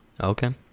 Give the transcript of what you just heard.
okay